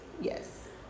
Yes